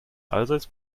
allseits